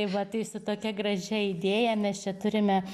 tai va tai su tokia gražia idėja mes čia turime